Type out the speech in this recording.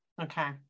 okay